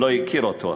לא הכיר אותו אפילו.